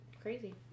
crazy